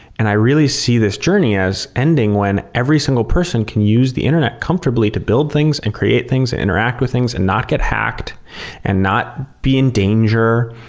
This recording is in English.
i really see this journey as ending when every single person can use the internet comfortably to build things and create things and interact with things and not get hacked and not be in danger,